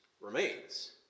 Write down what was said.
remains